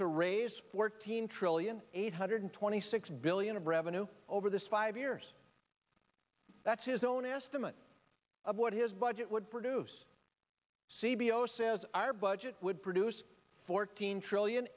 to raise fourteen trillion eight hundred twenty six billion of revenue over this five years that's his own estimate of what his budget would produce c b o says our budget would produce fourteen trillion